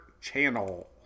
channel